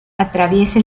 atraviesa